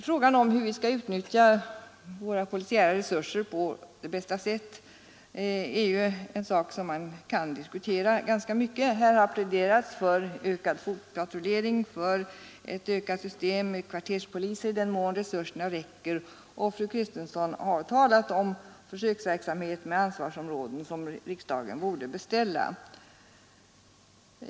Frågan om hur vi skall utnyttja våra polisiära resurser på bästa sätt är en sak som man kan diskutera ganska mycket. Här har pläderats för ökad fotpatrullering och för ett utbyggt system med kvarterspoliser i den mån resurserna räcker, och fru Kristensson har talat om en försöksverksamhet med ansvarsområden som riksdagen skulle beställa.